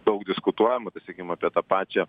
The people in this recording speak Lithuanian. daug diskutuojama tai sakykim apie tą pačią